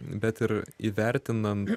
bet ir įvertinant